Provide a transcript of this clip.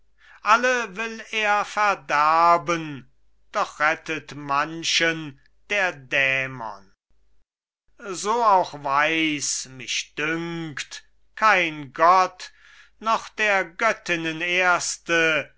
alle will er verderben doch rettet manchen der dämon so auch weiß mich dünkt kein gott noch der göttinnen erste